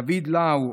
דוד לאו,